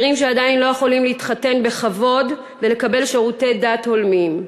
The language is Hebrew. שעדיין צעירים לא יכולים להתחתן בכבוד ולקבל שירותי דת הולמים.